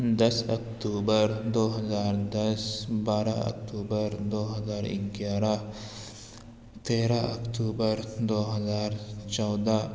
دس اکتوبر دو ہزار دس بارہ اکتوبر دو ہزار گیارہ تیرہ اکتوبر دو ہزار چودہ